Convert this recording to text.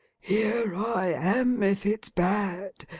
here i am if it's bad,